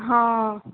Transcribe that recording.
हँ